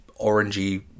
orangey